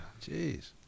Jeez